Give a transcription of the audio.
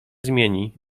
zmieni